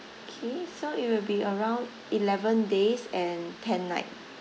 K so it will be around eleven days and ten night